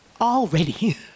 Already